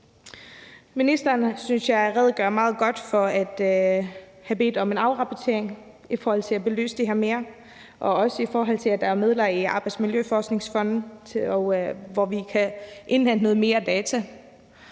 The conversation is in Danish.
Ministeren redegjorde meget godt for, synes jeg, at hun har bedt om en afrapportering i forhold til at få belyst det her mere, og også for, at der er midler i Arbejdsmiljøforskningsfonden, så vi kan indhente noget mere data.